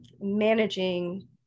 managing